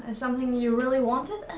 and something you really wanted,